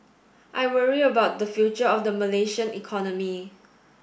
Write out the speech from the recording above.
I worry about the future of the Malaysian economy